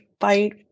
fight